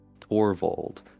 Torvald